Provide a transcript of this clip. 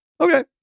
okay